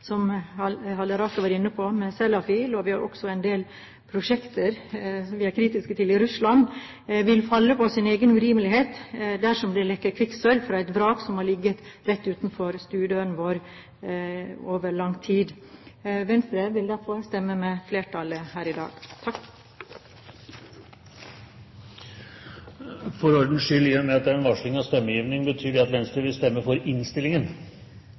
var inne på i forbindelse med Sellafield – og vi er også kritiske til en del prosjekter i Russland – vil falle på sin egen urimelighet dersom det lekker kvikksølv fra et vrak som har ligget rett utenfor stuedøren vår over lang tid. Venstre vil derfor stemme med flertallet her i dag. For ordens skyld, i og med at det er en varsling om stemmegivning: Betyr det at Venstre vil stemme for innstillingen?